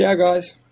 yeah guys.